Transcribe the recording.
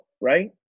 Right